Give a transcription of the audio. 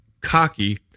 cocky